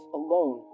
alone